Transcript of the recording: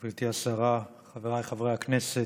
גברתי השרה, חבריי חברי הכנסת,